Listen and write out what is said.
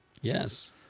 yes